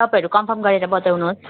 तपाईँहरू कम्फर्म गरेर बताउनुहोस्